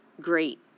great